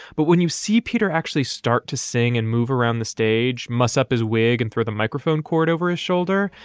but when you see peter actually start to sing and move around the stage, muss up his wig and throw the microphone cord over his shoulder.